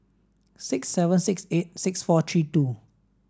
six seven six eight six four three two